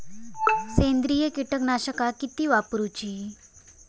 सेंद्रिय कीटकनाशका किती वापरूची?